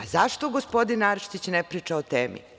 A zašto gospodin Arsić ne priča o temi?